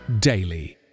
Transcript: daily